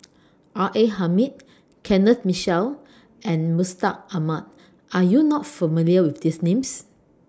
R A Hamid Kenneth Mitchell and Mustaq Ahmad Are YOU not familiar with These Names